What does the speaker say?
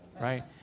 Right